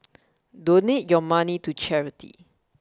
donate your money to charity